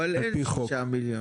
אבל אין 6 מיליון.